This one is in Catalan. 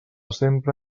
sempre